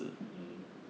mm